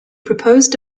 proposed